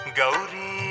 Gauri